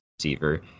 receiver